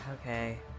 Okay